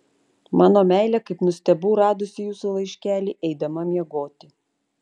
mano meile kaip nustebau radusi jūsų laiškelį eidama miegoti